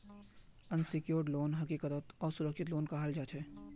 unsecured loan हकीकतत असुरक्षित loan कहाल जाछेक